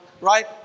Right